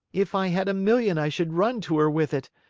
if i had a million i should run to her with it!